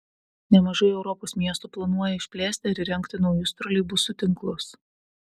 nemažai europos miestų planuoja išplėsti ar įrengti naujus troleibusų tinklus